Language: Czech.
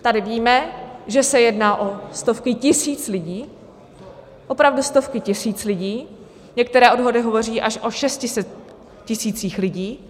Tady víme, že se jedná o stovky tisíc lidí, opravdu stovky tisíc lidí, některé odhady hovoří až o 600 tisících lidí.